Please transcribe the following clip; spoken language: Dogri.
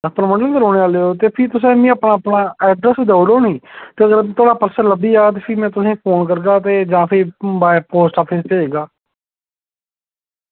परमंडल दे रौह्ने आह्ले ओह् ते तुस भी इंया तुस अपना अड्रेस देई ओड़ो नी ते थोह्ड़ा पर्स लब्भी जाह्ग ते भी में तुसेंगी फोन करगा ते जां फिर बाय पोस्ट ऑफिस भेजगा